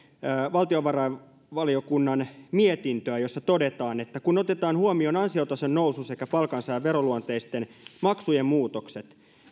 valtiovarainvaliokunnan mietintöä jossa todetaan että kun otetaan huomioon ansiotason nousu sekä palkansaajan veroluonteisten maksujen muutokset